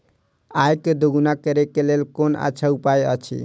आय के दोगुणा करे के लेल कोन अच्छा उपाय अछि?